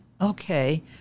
okay